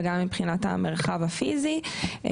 וגם מבחינת המרחב הפיזי.